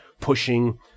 pushing